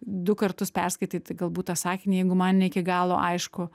du kartus perskaitai tai galbūt tą sakinį jeigu man ne iki galo aišku